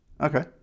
Okay